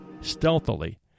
stealthily